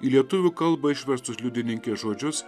į lietuvių kalbą išverstus liudininkės žodžius